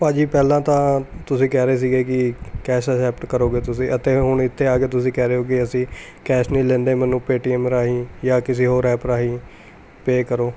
ਭਾਜੀ ਪਹਿਲਾਂ ਤਾਂ ਤੁਸੀਂ ਕਹਿ ਰਹੇ ਸੀ ਕਿ ਕੈਸ਼ ਐਕਸੈਪਟ ਕਰੋਗੇ ਤੁਸੀਂ ਅਤੇ ਹੁਣ ਇੱਥੇ ਆ ਕੇ ਤੁਸੀਂ ਕਹਿ ਰਹੇ ਹੋ ਕਿ ਅਸੀਂ ਕੈਸ਼ ਨਹੀਂ ਲੈਂਦੇ ਮੈਨੂੰ ਪੇਟੀਐਮ ਰਾਹੀਂ ਜਾਂ ਕਿਸੇ ਹੋਰ ਐਪ ਰਾਹੀਂ ਪੇਅ ਕਰੋ